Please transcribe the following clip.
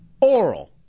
oral